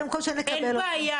אין בעיה,